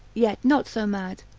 yet not so mad,